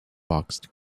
boxed